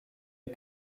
est